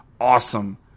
Awesome